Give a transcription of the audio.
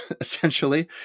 essentially